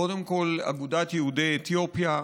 קודם כול, אגודת יהודי אתיופיה,